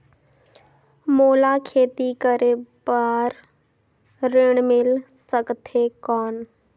मोला खेती करे बार ऋण मिल सकथे कौन?